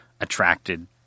attracted